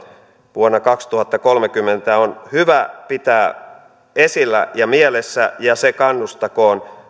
vuonna kaksituhattakolmekymmentä on hyvä pitää esillä ja mielessä ja se kannustakoon